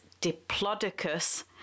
Diplodocus